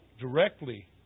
directly